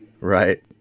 Right